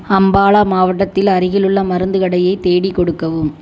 அம்பாலா மாவட்டத்தில் அருகிலுள்ள மருந்துக் கடையை தேடிக் கொடுக்கவும்